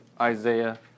Isaiah